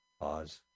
Pause